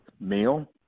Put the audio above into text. meal